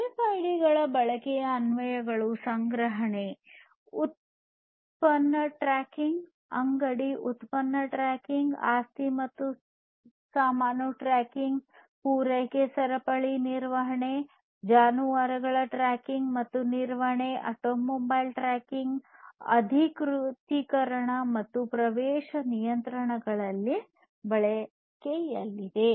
ಆರ್ಎಫ್ಐಡಿಗಳ ಬಳಕೆಯ ಅನ್ವಯಗಳು ಸಂಗ್ರಹಣೆ ಉತ್ಪನ್ನ ಟ್ರ್ಯಾಕಿಂಗ್ ಅಂಗಡಿ ಉತ್ಪನ್ನ ಟ್ರ್ಯಾಕಿಂಗ್ ಆಸ್ತಿ ಮತ್ತು ಸಾಮಾನು ಟ್ರ್ಯಾಕಿಂಗ್ ಪೂರೈಕೆ ಸರಪಳಿ ನಿರ್ವಹಣೆ ಜಾನುವಾರುಗಳ ಟ್ರ್ಯಾಕಿಂಗ್ ಮತ್ತು ನಿರ್ವಹಣೆ ಆಟೋಮೊಬೈಲ್ ಟ್ರ್ಯಾಕಿಂಗ್ ಅಧಿಕೃತಿಕರಣ ಮತ್ತು ಪ್ರವೇಶ ನಿಯಂತ್ರಣಗಳಲ್ಲಿ ಬಳಕೆಯಿದೆ